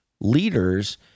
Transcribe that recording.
leaders